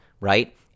right